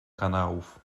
kanałów